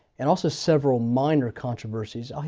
and also several minor controversies.